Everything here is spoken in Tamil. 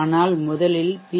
ஆனால் முதலில் பி